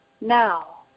Now